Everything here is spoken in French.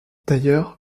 d’ailleurs